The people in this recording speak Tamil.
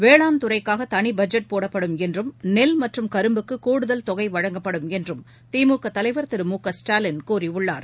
வேளாண் துறைக்காகதனிபட்ஜெட் போடப்படும் என்றும் நெல் மற்றும் கரும்புக்குகூடுதல் தொகைவழங்கப்படும் என்றும் திமுகதலைவர் திரு மு க ஸ்டாலின் கூறியுள்ளார்